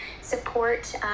support